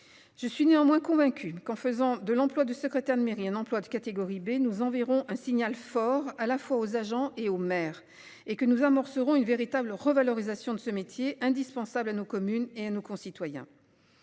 Je suis néanmoins convaincu qu'en faisant de l'emploi de secrétaire de mairie un emploi de catégorie B, nous enverrons un signal fort à la fois aux agents et aux maires et que nous amorceront une véritable revalorisation de ce métier indispensable à nos communes et nos concitoyens.